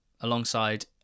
alongside